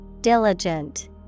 Diligent